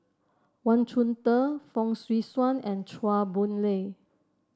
Wang Chunde Fong Swee Suan and Chua Boon Lay